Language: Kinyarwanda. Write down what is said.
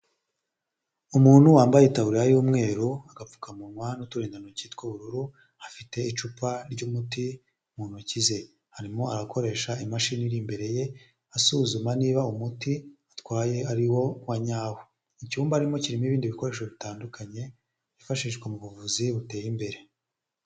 Umuntu wambaye Itabuburariya y'umweru agapfukamunwa n'uturindantoki tw'ubururu afite icupa ry'umuti mu ntoki ze harimo arakoresha imashini iri imbere ye asuzuma niba umuti atwaye ari wo wanyawo icyumba arimo kirimo ibindi bikoresho bitandukanye byifashishwa mu buvuzi buteye imbere.